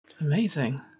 Amazing